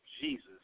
Jesus